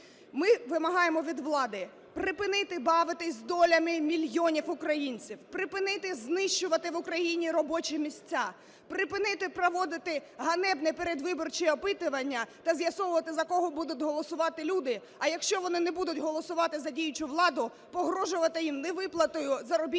Ми вимагаємо від влади припинити бавитись долями мільйонів українців, припинити знищувати в Україні робочі місця, припинити проводити ганебне передвиборче опитування та з'ясовувати, за кого будуть голосувати люди, а якщо вони не будуть голосувати за діючу владу, погрожувати їм невиплатою заробітної